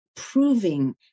proving